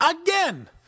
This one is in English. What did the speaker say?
again